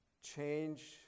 change